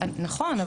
נכון,